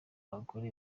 abagore